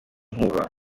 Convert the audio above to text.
nkuba